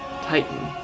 titan